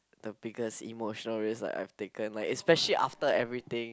the biggest emotional risk like I've taken like especially after everything